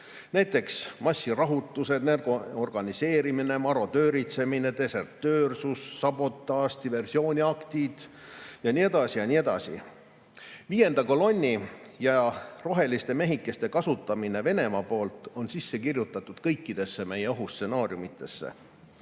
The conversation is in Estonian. näiteks massirahutuste organiseerimine, marodööritsemine, desertöörsus, sabotaaž, diversiooniaktid ja nii edasi. Viienda kolonni ja roheliste mehikeste kasutamine Venemaa poolt on sisse kirjutatud kõikidesse meie ohustsenaariumidesse.